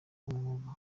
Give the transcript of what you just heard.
umwuga